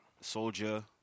Soldier